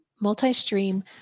multi-stream